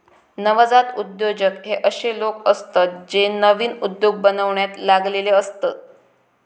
नवजात उद्योजक हे अशे लोक असतत जे नवीन उद्योग बनवण्यात लागलेले असतत